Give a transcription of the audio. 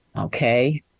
Okay